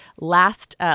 last